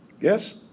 Yes